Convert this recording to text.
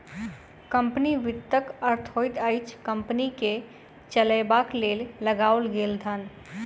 company वित्तक अर्थ होइत अछि कम्पनी के चलयबाक लेल लगाओल गेल धन